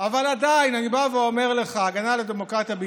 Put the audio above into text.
אני חושב שיש לך קצת איזו דיכוטומיה.